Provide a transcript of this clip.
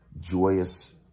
joyous